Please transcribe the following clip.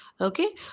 okay